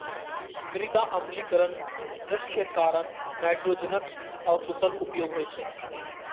मृदा अम्लीकरणक मुख्य कारण नाइट्रोजनक अकुशल उपयोग होइ छै